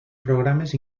programes